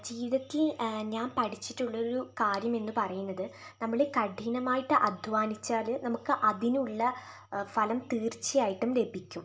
ജീവിതത്തിൽ ഞാൻ പഠിച്ചിട്ടുള്ളൊരു കാര്യം എന്നു പറയുന്നത് നമ്മൾ കഠിനമായിട്ടു അധ്വാനിച്ചാൽ നമുക്ക് അതിനുള്ള ഫലം തീർച്ചയായിട്ടും ലഭിക്കും